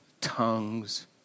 tongues